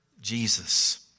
Jesus